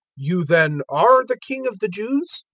you, then, are the king of the jews?